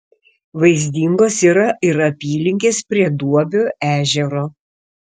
vaizdingos yra ir apylinkės prie duobio ežero